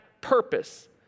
purpose